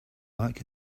like